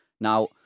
Now